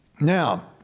Now